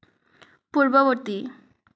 পূৰ্বৱৰ্তী